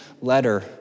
letter